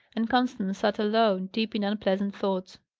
and constance sat alone, deep in unpleasant thoughts.